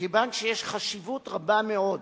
שכיוון שיש חשיבות רבה מאוד